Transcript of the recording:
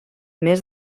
més